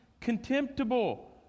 contemptible